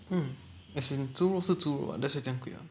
mm as in 猪肉是猪肉 [what] that's why 这样贵 [what]